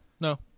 no